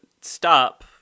stop